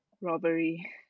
Robbery